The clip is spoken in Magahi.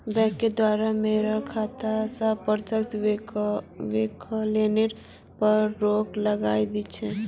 बैंकेर द्वारे मोर खाता स प्रत्यक्ष विकलनेर पर रोक लगइ दिल छ